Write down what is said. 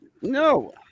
No